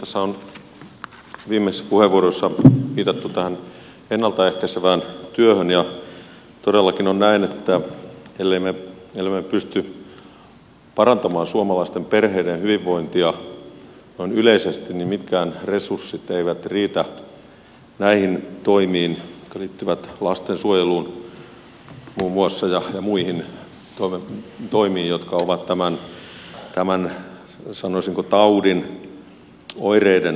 tässä on viimeisissä puheenvuoroissa viitattu tähän ennalta ehkäisevään työhön ja todellakin on näin että ellemme pysty parantamaan suomalaisten perheiden hyvinvointia noin yleisesti niin mitkään resurssit eivät riitä näihin toimiin jotka liittyvät lastensuojeluun muun muassa ja muihin toimiin jotka ovat tämän sanoisinko taudin oireiden hoitamista